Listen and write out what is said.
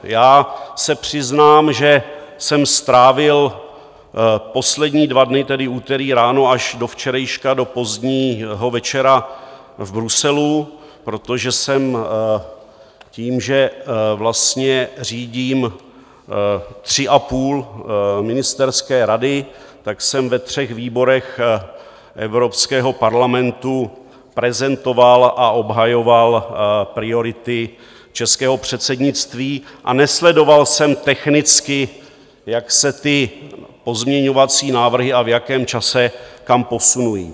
Já se přiznám, že jsem strávil poslední dva dny, tedy úterý ráno až do včerejška do pozdního večera, v Bruselu, protože jsem tím, že vlastně řídím tři a půl ministerské rady, tak jsem ve třech výborech Evropského parlamentu prezentoval a obhajoval priority českého předsednictví a nesledoval jsem technicky, jak se ty pozměňovací návrhy, v jakém čase a kam posunují.